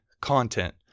content